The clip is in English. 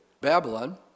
Babylon